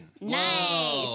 nice